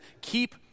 keep